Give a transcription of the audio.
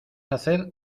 hacer